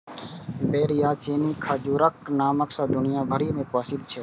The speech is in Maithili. बेर या चीनी खजूरक नाम सं दुनिया भरि मे प्रसिद्ध छै